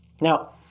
Now